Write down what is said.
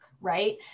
right